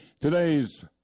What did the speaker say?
Today's